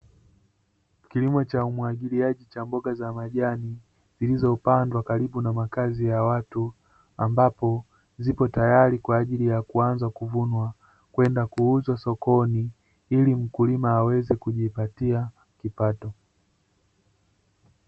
kilimo cha umwagiliaji cha mboga za majani zilizopandwa karibu na makazi ya watu, ambapo zipo tayari kwa ajili ya kuunza kuvunwa kwenda kuuzwa sokoni, ili mkulima aweze kujipatia kipato.